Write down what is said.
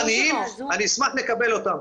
פרטניים, אני אשמח לקבל אותם.